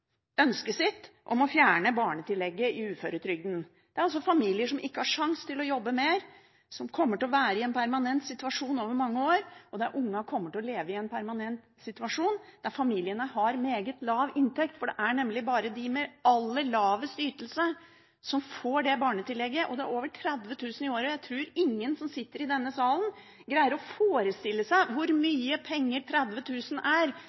ønsket om å fjerne barnetillegget i uføretrygden. Dette er altså familier som ikke har sjanse til å jobbe mer, som kommer til å være i en permanent situasjon over mange år, og der ungene kommer til å leve i en permanent situasjon i familier med meget lav inntekt. For det er nemlig bare dem med aller lavest ytelse som får det barnetillegget. Det er over 30 000 i året, og jeg tror ingen som sitter i denne salen, greier å forestille seg hvor mye penger 30 000 er